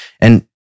And-